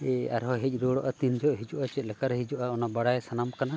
ᱟᱨᱦᱚ ᱦᱮᱡ ᱨᱩᱣᱟᱹᱲᱚᱜᱼᱟ ᱛᱤᱱ ᱡᱚᱦᱚᱜ ᱦᱤᱡᱩᱜᱼᱟ ᱪᱮᱫ ᱞᱮᱠᱟᱨᱮ ᱦᱤᱡᱩᱜᱼᱟ ᱚᱱᱟ ᱵᱟᱲᱟᱭ ᱥᱟᱱᱟᱢ ᱠᱟᱱᱟ